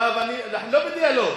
אנחנו לא בדיאלוג.